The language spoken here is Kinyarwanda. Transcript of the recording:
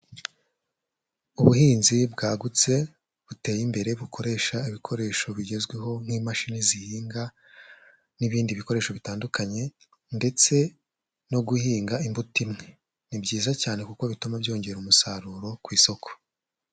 Ubuhinzi bwagutse buteye imbere bukoresha ibikoresho bigezweho nk'imashini zihinga, n'ibindi bikoresho bitandukanye ndetse no guhinga imbuto imwe, ni byiza cyane kuko bituma byongera umusaruro ku isoko.